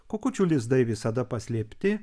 kukučių lizdai visada paslėpti